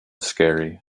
scary